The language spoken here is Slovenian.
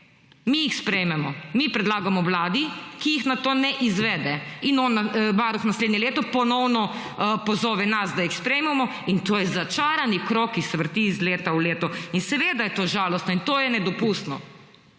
Mi jih sprejmemo, mi predlagamo Vladi, ki jih nato ne izvede. In Varuh naslednje leto ponovno pozove nas, da jih sprejmemo, in to je začarani krog, ki se vrti iz leta v leto. Seveda je to žalostno in to je nedopustno.